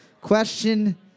Question